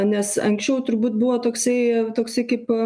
nes anksčiau turbūt buvo toksai toksai kaip